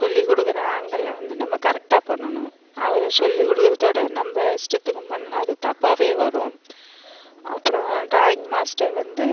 சொல்லி கொடுக்குற ஆங்கிள்ல வந்து நம்ம கரெக்டாக பண்ணணும் அவரு சொல்லி கொடுக்குறதோட நம்ம இஷ்டத்துக்கும் பண்ணுனா அது தப்பாகவே வரும் அப்புறம் ட்ராயிங் மாஸ்டர் வந்து